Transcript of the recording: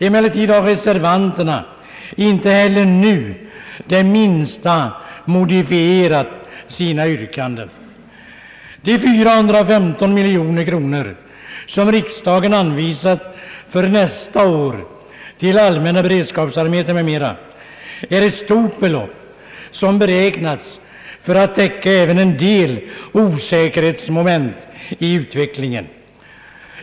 Emellertid har reservanterna inte heller nu modifierat sina yrkanden det minsta. De 415 miljoner kronor, som riksdagen anvisat för nästa år till Allmänna beredskapsarbeten m.m., är ett stort belopp som beräknats för att täcka även en del osäkerhetsmoment i utvecklingen.